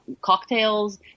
cocktails